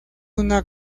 una